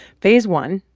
phase one,